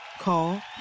Call